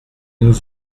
nous